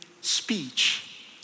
speech